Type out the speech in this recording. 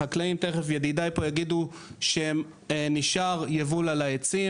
ידידיי החקלאים פה תכף יגידו שנשאר יבול על העצים.